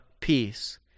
Peace